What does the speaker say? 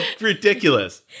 ridiculous